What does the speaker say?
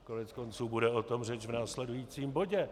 Koneckonců bude o tom řeč v následujícím bodě.